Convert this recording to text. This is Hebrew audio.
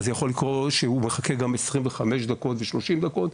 אז יכול לקרות מצב שהוא יחכה גם 25 דקות ו-30 דקות,